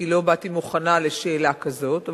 כי לא באתי מוכנה לשאלה כזאת.